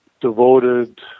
devoted